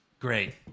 Great